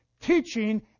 Teaching